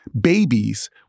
babies